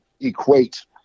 equate